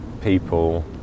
people